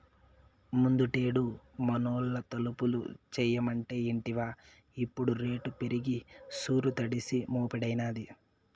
ముందుటేడు మనూళ్లో తలుపులు చేయమంటే ఇంటివా ఇప్పుడు రేటు పెరిగి సూరు తడిసి మోపెడైనాది